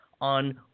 on